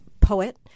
poet